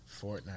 Fortnite